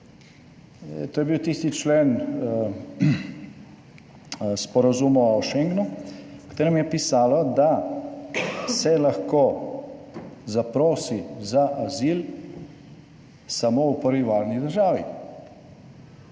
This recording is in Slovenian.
To je bil tisti člen sporazuma o Schengenu, v katerem je pisalo, da se lahko zaprosi za azil samo v prvi varni državi.